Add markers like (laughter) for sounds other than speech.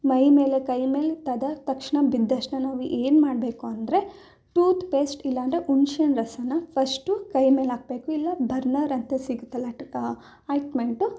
ಮೈ ಮೇಲೆ ಕೈ ಮೇಲೆ ತದ ತಕ್ಷಣ ಬಿದ್ದ ತಕ್ಷ್ಣ ನಾವು ಏನು ಮಾಡಬೇಕು ಅಂದರೆ ಟೂತ್ಪೇಸ್ಟ್ ಇಲ್ಲ ಅಂದ್ರೆ ಹುಣ್ಸೆ ಹಣ್ಣು ರಸಾನ ಫಶ್ಟು ಕೈ ಮೇಲೆ ಹಾಕಬೇಕು ಇಲ್ಲ ಬರ್ನರ್ ಅಂತ ಸಿಗುತ್ತಲ್ಲ (unintelligible) ಆಯಿಟ್ಮೆಂಟು